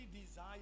desire